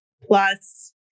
Plus